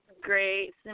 great